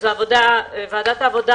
ועדת העבודה,